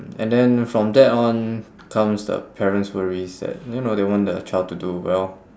and then from then on comes the parents worries that you know they want their child to do well